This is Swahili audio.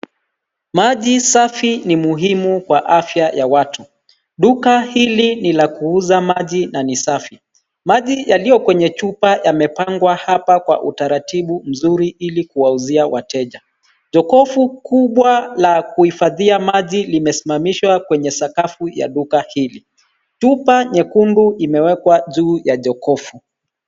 Maji safi ni muhimu kwa afya ya watu. Duka hili ni la kuuza maji na ni safi. Maji yaliyo kwenye chupa yamepangwa hapa kwa utaratibu mzuri ili kuwauzia wateja. Jokofu kubwa la kuhifadhia maji limesimamishwa kwenye sakafu ya duka hili. Chupa nyekundu imewekwa juu ya jokofu.